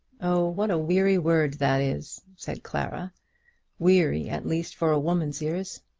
oh, what a weary word that is, said clara weary, at least, for a woman's ears!